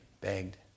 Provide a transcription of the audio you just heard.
begged